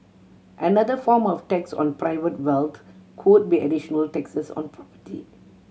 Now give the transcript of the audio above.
another form of tax on private wealth could be additional taxes on property